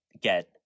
get